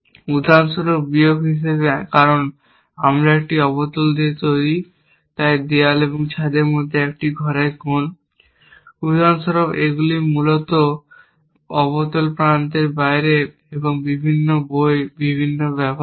উদাহরণস্বরূপ বিয়োগ হিসাবে কারণ এটি একটি অবতল দিয়ে তৈরি তাই দেয়াল এবং ছাদের মধ্যে একটি ঘরের কোণ। উদাহরণস্বরূপ এগুলি মূলত অবতল প্রান্তের বাইরে এবং বিভিন্ন বই বিভিন্ন ব্যবহার করে